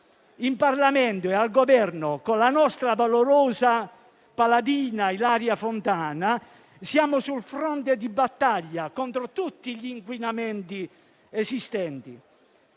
In Parlamento e al Governo con la nostra valorosa paladina, Ilaria Fontana, siamo sul fronte di battaglia contro tutti gli inquinamenti esistenti.